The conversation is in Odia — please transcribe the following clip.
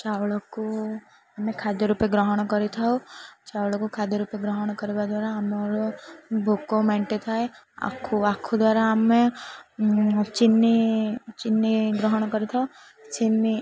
ଚାଉଳକୁ ଆମେ ଖାଦ୍ୟ ରୂପେ ଗ୍ରହଣ କରିଥାଉ ଚାଉଳକୁ ଖାଦ୍ୟ ରୂପେ ଗ୍ରହଣ କରିବା ଦ୍ୱାରା ଆମର ଭୋକ ମେଣ୍ଟି ଥାଏ ଆଖୁ ଆଖୁ ଦ୍ୱାରା ଆମେ ଚିନି ଚିନି ଗ୍ରହଣ କରିଥାଉ ଚିନି